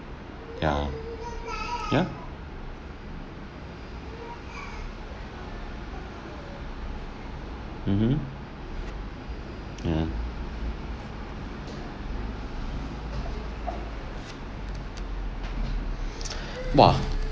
ya ya mmhmm ya bah